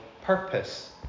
purpose